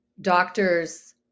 doctors